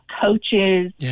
coaches